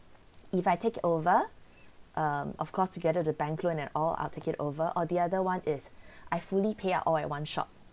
if I take it over um of course together the bank loan and all I'll take it over or the other one is I fully pay up all at one shot